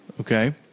Okay